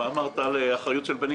מה אמרת על האחריות של בני